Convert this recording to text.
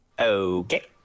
Okay